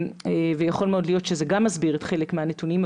ויכול להיות שזה גם מסביר חלק מהנתונים.